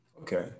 Okay